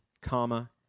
comma